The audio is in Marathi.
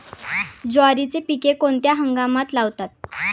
ज्वारीचे पीक कोणत्या हंगामात लावतात?